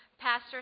Pastor